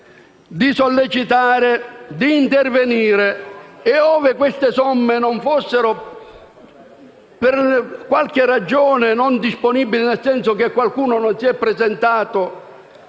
sollecitare e intervenire e, ove queste somme non siano per qualche ragione disponibili (nel senso che qualcuno non si è presentato),